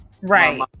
right